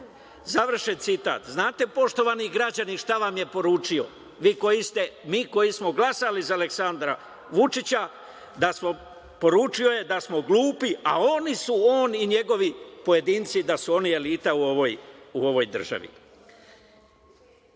završen citat. Znate, poštovani građani, šta vam je poručio? Mi koji smo glasali za Aleksandra Vučića, poručio je da smo glupi, a oni su, on i njegovi pojedinci, da su oni elita u ovoj državi. Dalje,